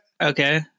okay